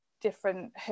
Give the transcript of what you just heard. different